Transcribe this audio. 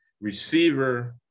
receiver